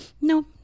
No